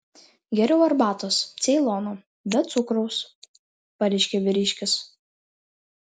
geriau arbatos ceilono be cukraus pareiškė vyriškis